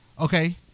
okay